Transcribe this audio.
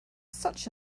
such